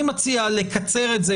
אני מציע לקצר את זה,